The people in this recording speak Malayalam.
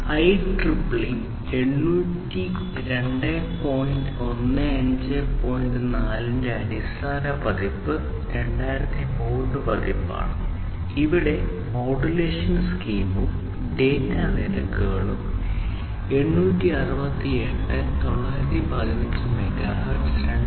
4 ന്റെ അടിസ്ഥാന പതിപ്പ് 2003 പതിപ്പാണ് ഇവിടെ മോഡുലേഷൻ സ്കീമും ഡാറ്റാ നിരക്കുകളും 868 915 മെഗാഹെർട്സ് 2